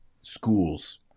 schools